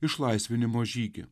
išlaisvinimo žygį